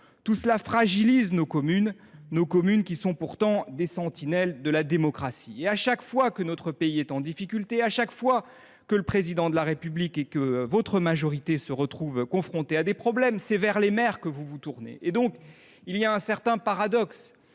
Tout cela fragilise nos communes, qui sont pourtant des sentinelles de la démocratie. Et à chaque fois que notre pays est en difficulté, à chaque fois que le Président de la République et la majorité se retrouvent confrontés à des problèmes, c’est vers les maires que vous vous tournez. Il y a un certain paradoxe